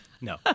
No